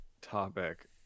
topic